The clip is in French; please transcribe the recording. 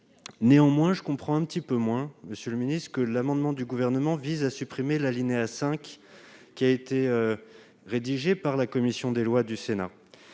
Cependant, je comprends moins, monsieur le ministre, que l'amendement du Gouvernement vise à supprimer l'alinéa 5, qui a été rédigé par la commission des lois du Sénat.